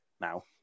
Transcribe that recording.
now